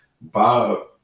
Bob